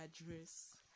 address